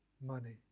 money